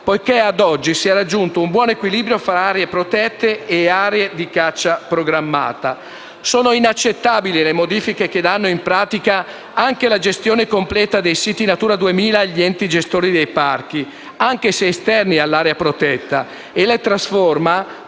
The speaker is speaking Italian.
poiché ad oggi si è raggiunto un buon equilibrio fra aree protette e aree di caccia programmata. Sono inaccettabili le modifiche che danno in pratica la gestione completa dei siti Natura 2000 agli enti gestori dei parchi, anche se esterni all'area protetta, e li trasforma